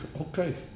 okay